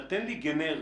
אבל תן לי מקרה גנרי.